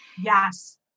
Yes